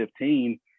2015